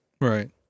Right